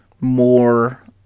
more